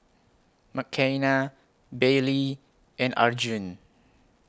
Mckenna Baylee and Arjun